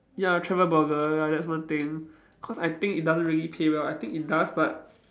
ya travel blogger ya that's one thing cause I think it doesn't really pay well I think it does but